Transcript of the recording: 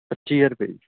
ਪੱਚੀ ਹਜ਼ਾਰ ਰੁਪਏ